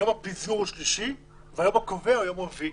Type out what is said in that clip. יום הפיזור הוא שלישי והיום הקובע הוא יום רביעי.